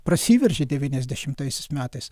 prasiveržė devyniasdešimtaisiais metais